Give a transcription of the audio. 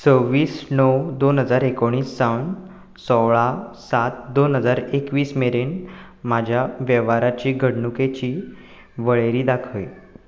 सव्वीस णव दोन हजार एकोणीस सावन सोळा सात दोन हजार एकवीस मेरेन म्हाज्या वेव्हाराची घडणुकेची वळेरी दाखय